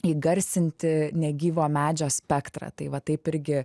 įgarsinti negyvo medžio spektrą tai va taip irgi